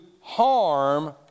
harm